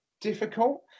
difficult